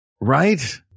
Right